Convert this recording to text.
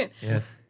yes